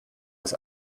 das